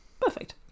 Perfect